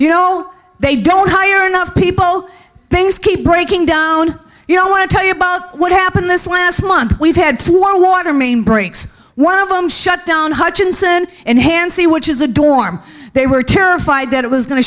you know all they don't hire enough people things keep breaking down you don't want to tell you about what happened this last month we've had flown water main breaks one of them shut down hutchinson and hansie which is a dorm they were terrified that it was going to